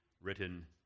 written